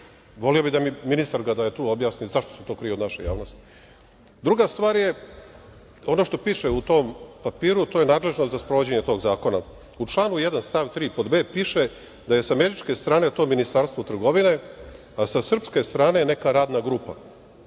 da mi, ministar da je tu, objasni zašto se to krije od naše javnosti. Druga stvar je ono što piše u tom papiru, a to je nadležnost za sprovođenje tog zakona. U članu 1. stav 3. pod b piše da je sa američko strane to Ministarstvo trgovine, a sa srpske strane nekakva Radna grupa.